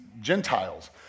Gentiles